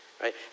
right